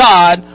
God